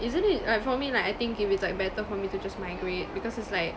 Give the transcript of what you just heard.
isn't it like for me like I think if it's like better for me to just my migrate because it's like